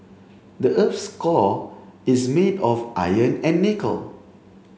the earth's core is made of iron and nickel